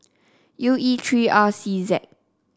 U E three R C Z